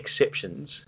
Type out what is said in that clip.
exceptions